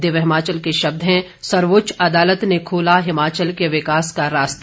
दिव्य हिमाचल के शब्द हैं सर्वोच्च अदालत ने खोला हिमाचल के विकास का रास्ता